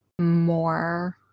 more